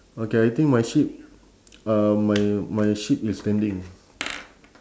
okay I think my sheep uh my my sheep is standing